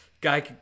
guy